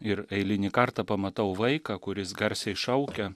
ir eilinį kartą pamatau vaiką kuris garsiai šaukia